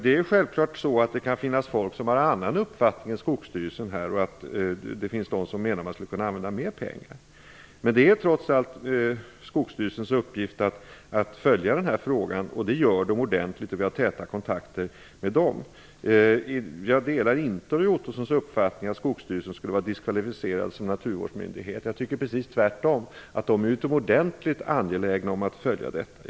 Det är självklart så att det kan finnas folk som har en annan uppfattning än Skogsstyrelsen och att det finns de som menar att man skulle kunna använda mer pengar. Men det är trots allt Skogsstyrelsens uppgift att följa den här frågan och det gör den ordentligt. Vi har täta kontakter med den. Jag delar inte Roy Ottossons uppfattning att Skogsstyrelsen skulle vara diskvalificerad som naturvårdsmyndighet. Jag tycker precis tvärtom, jag tycker att den är utomordentligt angelägen om att följa frågan.